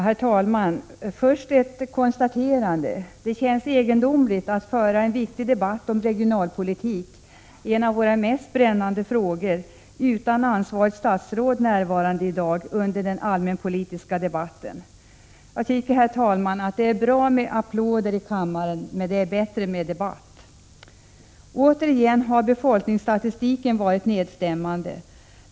Herr talman! Först ett konstaterande. Det känns egendomligt att föra en viktig debatt om regionalpolitiken, en av våra mest brännande frågor, utan att ha ansvarigt statsråd närvarande under den allmänpolitiska debatten i dag. Jag tycker det är bra med applåder i kammaren, herr talman, men det är bättre med debatt. Återigen har befolkningsstatistiken varit nedstämmande.